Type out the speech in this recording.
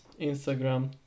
instagram